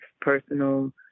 personal